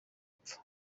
apfa